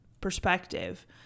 perspective